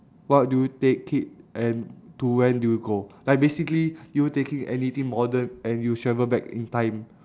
what do you take it and to when do you go like basically you taking anything modern and you travel back in time